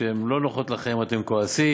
כשהן לא נוחות לכם אתם כועסים.